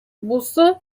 бусы